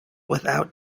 without